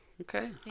Okay